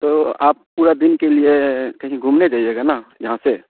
تو آپ پورا دن کے لیے کہیں گھومنے دائییے گا نا یہاں سے